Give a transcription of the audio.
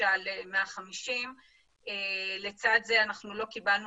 ל-150 לצד זה לא קבלנו